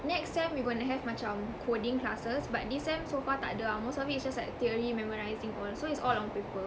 next sem we're going to have macam coding classes but this sem so far tak ada ah most of it is just like theory memorizing all so it's all on paper